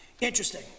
Interesting